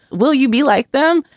will you be like them?